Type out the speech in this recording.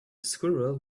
squirrel